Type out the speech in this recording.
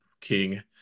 King